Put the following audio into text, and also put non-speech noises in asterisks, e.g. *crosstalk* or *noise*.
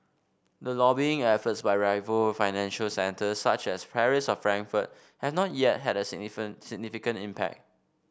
the lobbying efforts by rival financial centres such as Paris or Frankfurt have not yet had a *unintelligible* significant impact